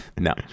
No